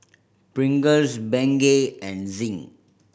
Pringles Bengay and Zinc